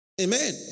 Amen